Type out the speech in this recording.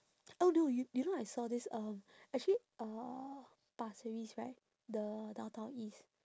oh no you you know I saw this um actually uh pasir ris right the downtown east